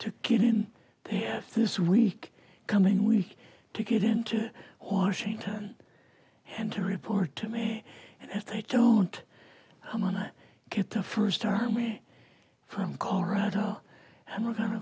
to get in they have this week coming week to get into washington had to report to me and if they don't i'm gonna get the first army from colorado and we're going to